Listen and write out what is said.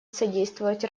содействовать